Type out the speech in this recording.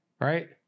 right